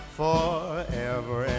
forever